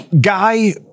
guy